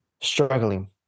struggling